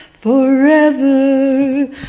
forever